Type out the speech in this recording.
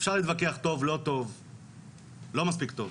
אפשר להתווכח אם טוב או לא טוב או לא מספיק טוב.